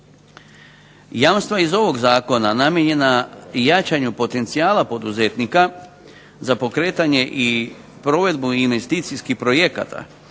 Jamstva iz ovog zakona namijenjena jačanju potencijala poduzetnika za pokretanje i provedbu investicijskih projekata